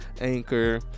Anchor